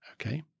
okay